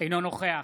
אינו נוכח